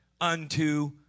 unto